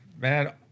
man